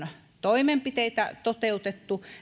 toimenpiteitä toteutettu